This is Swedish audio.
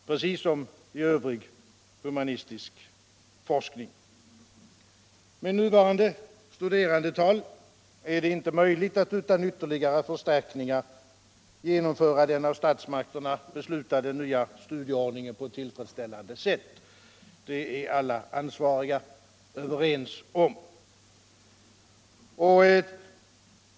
precis som i övrig humanistisk forskning. Med nuvarande studerandeantal är det inte möjligt att utan ytterligare förstärkningar genomföra den av statsmakterna beslutade nya studieordningen på ett tillfredsställande sätt. Det är alla ansvariga överens om.